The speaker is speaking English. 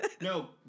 No